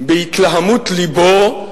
בהתלהמות לבו,